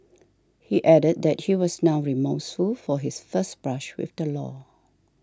he added that he was now remorseful for his first brush with the law